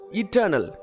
eternal